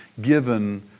given